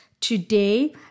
today